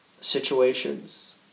situations